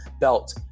belt